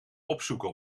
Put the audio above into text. opzoeken